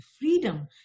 freedom